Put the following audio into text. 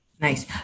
Nice